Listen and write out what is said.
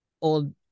old